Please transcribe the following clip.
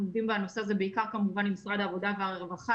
עובדים בנושא הזה בעיקר כמובן עם משרד העבודה והרווחה,